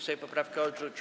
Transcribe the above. Sejm poprawkę odrzucił.